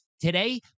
Today